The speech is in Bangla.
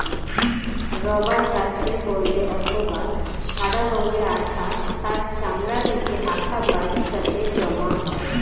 রবার গাছের হল্দে অথবা সাদা রঙের আঠা তার চামড়ার নিচে আঠা বাহিকাতে জমা হয়